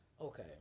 Okay